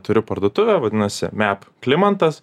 turiu parduotuvę vadinasi metų klimantas